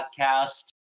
podcast